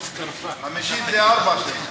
חמישית זה ארבע שנים.